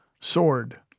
sword